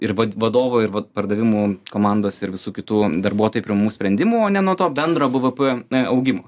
ir vat vadovo ir vat pardavimų komandos ir visų kitų darbuotojų priimamų sprendimų o ne nuo to bendro b v p e augimo